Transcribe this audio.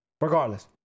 regardless